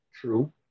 True